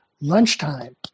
lunchtime